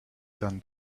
than